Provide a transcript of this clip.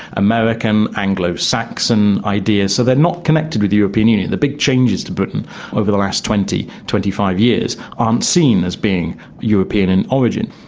american, anglo-saxon idea, so they are not connected with the european union. the big changes to britain over the last twenty, twenty five years aren't seen as being european in origin.